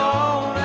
on